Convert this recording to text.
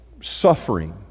suffering